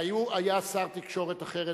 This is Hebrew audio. היה שר תקשורת אחר,